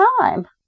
time